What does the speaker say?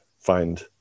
find